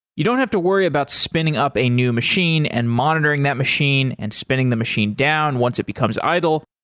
you don't have to worry about spinning up a new machine and monitoring that machine and spinning the machine down once it becomes idle.